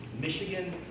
Michigan